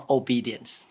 obedience